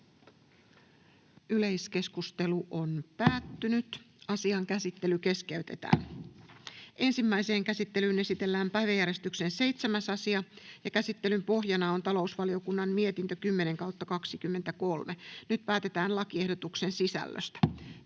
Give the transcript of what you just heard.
lain 5 §:n muuttamisesta Time: N/A Content: Ensimmäiseen käsittelyyn esitellään päiväjärjestyksen 7. asia. Käsittelyn pohjana on talousvaliokunnan mietintö TaVM 10/2023 vp. Nyt päätetään lakiehdotuksen sisällöstä.